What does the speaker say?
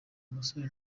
umusore